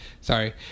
Sorry